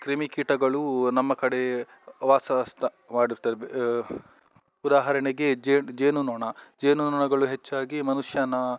ಕ್ರಿಮಿಕೀಟಗಳು ನಮ್ಮ ಕಡೆ ವಾಸ ಸ್ಥ ವಾಡುತ್ತ ಉದಾಹರಣೆಗೆ ಜೇನುನೊಣ ಜೇನುನೊಣಗಳು ಹೆಚ್ಚಾಗಿ ಮನುಷ್ಯನ